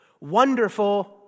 Wonderful